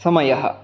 समयः